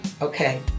Okay